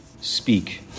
speak